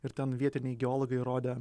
ir ten vietiniai geologai įrodė